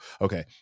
Okay